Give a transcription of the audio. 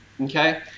okay